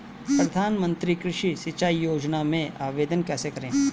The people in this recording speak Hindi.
प्रधानमंत्री कृषि सिंचाई योजना में आवेदन कैसे करें?